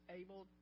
able